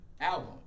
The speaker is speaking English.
Album